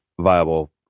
viable